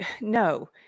No